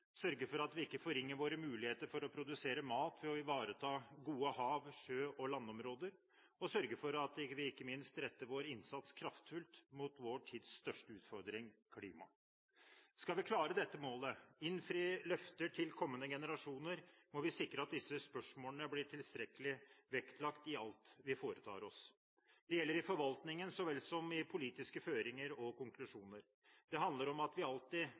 sørge for at vi ved å ivareta gode hav-, sjø- og landområder ikke forringer våre muligheter til å produsere mat, og sørge for at vi ikke minst retter vår innsats kraftfullt inn mot vår tids største utfordring: klimaet. Skal vi nå dette målet – innfri løfter til kommende generasjoner – må vi sikre at disse spørsmålene blir tilstrekkelig vektlagt i alt vi foretar oss. Det gjelder i forvaltningen så vel som i politiske føringer og konklusjoner. Det handler om at vi alltid